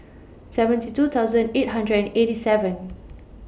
seventy two thousand eight hundred and eighty seven